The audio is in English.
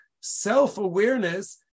self-awareness